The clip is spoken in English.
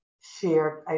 shared